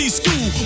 school